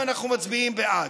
אם אנחנו מצביעים בעד.